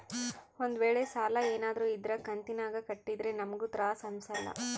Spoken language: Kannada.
ಒಂದ್ವೇಳೆ ಸಾಲ ಏನಾದ್ರೂ ಇದ್ರ ಕಂತಿನಾಗ ಕಟ್ಟಿದ್ರೆ ನಮ್ಗೂ ತ್ರಾಸ್ ಅಂಸಲ್ಲ